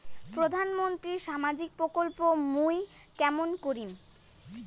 প্রধান মন্ত্রীর সামাজিক প্রকল্প মুই কেমন করিম?